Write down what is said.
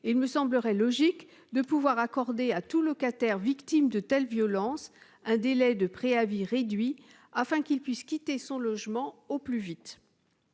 Il me semblerait logique d'accorder à tout locataire victime de telles violences un délai de préavis réduit, afin qu'il puisse quitter son logement au plus vite.